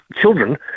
children